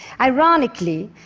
ironically,